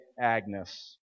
Agnes